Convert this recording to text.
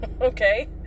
Okay